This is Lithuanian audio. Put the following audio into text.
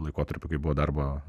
laikotarpiu kai buvo darbo